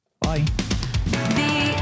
Bye